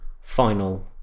Final